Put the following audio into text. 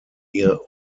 near